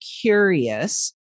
curious